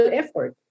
effort